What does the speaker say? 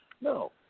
No